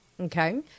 Okay